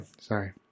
Sorry